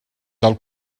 del